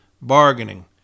bargaining